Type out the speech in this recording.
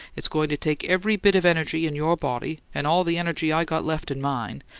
it's going to take every bit of energy in your body, and all the energy i got left in mine,